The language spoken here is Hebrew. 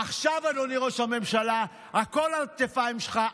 עכשיו, אדוני ראש הממשלה, הכול על הכתפיים שלך.